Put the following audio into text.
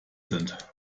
sind